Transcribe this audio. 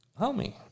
Homie